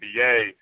NBA